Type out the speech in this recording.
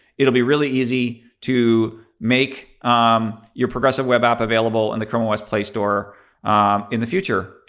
it'll be really easy to make um your progressive web app available in the chrome os play store in the future.